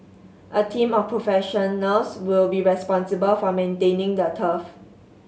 a team of professionals will be responsible for maintaining the turf